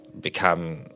become